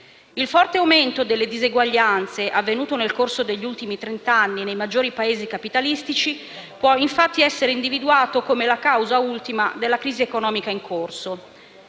Il forte aumento delle disuguaglianze avvenuto nel corso degli ultimi trent'anni nei maggiori Paesi capitalistici può infatti essere individuato come la causa ultima della crisi economica in corso.